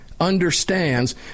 understands